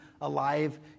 alive